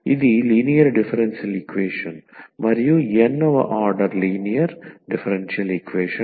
ఇది linear differential equation మరియు n వ ఆర్డర్ లీనియర్ డిఫరెన్షియల్ ఈక్వేషన్